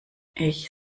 ich